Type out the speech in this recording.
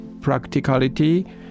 practicality